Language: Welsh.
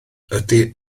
ydy